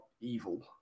evil